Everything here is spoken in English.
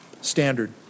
standard